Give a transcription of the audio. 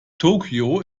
tokio